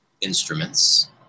instruments